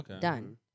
Done